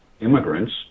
immigrants